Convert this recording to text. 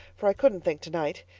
for i couldn't think tonight.